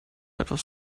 etwas